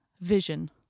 Vision